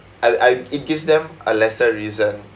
I I it gives them a lesser reason